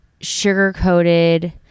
sugar-coated